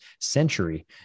century